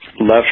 Left